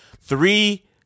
Three